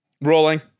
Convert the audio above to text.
Rolling